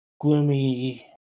gloomy